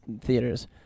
theaters